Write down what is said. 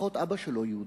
לפחות אבא שלו יהודי,